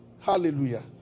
Hallelujah